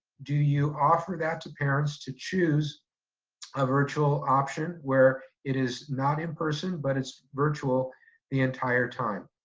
do you offer that to parents to choose a virtual option where it is not in-person but it's virtual the entire time?